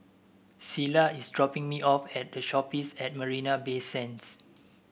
Selah is dropping me off at The Shoppes at Marina Bay Sands